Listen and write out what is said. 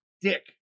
dick